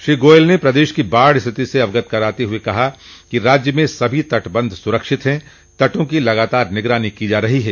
श्री गोयल ने प्रदेश की बाढ़ स्थिति से अवगत कराते हुए बताया कि राज्य में सभी तटबन्ध सुरक्षित हैं तटों की लगातार निगरानी की जा रही है